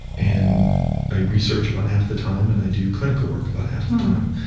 and i research about half the time and i do clinical work about half the time.